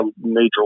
major